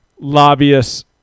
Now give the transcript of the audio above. lobbyists